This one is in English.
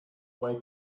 why